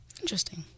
interesting